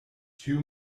two